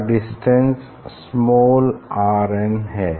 bright fringe formation की condition है path difference even multiple of lambda by to